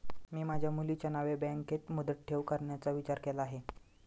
मी माझ्या मुलीच्या नावे बँकेत मुदत ठेव करण्याचा विचार केला आहे